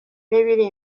n’ibiri